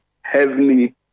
heavily